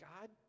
God